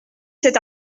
cet